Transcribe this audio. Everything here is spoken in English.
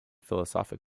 philosophic